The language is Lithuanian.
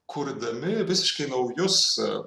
kurdami visiškai naujus